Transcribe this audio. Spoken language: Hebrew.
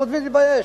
חוץ מלהתבייש.